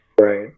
right